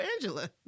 angela